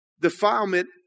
defilement